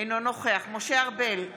אינו נוכח משה ארבל,